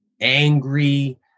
angry